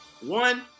One